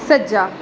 ਸੱਜਾ